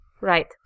Right